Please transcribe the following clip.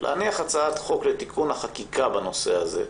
להניח הצעת חוק לתיקון החקיקה בנושא הזה,